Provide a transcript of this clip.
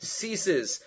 ceases